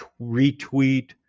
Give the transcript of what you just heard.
retweet